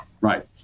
Right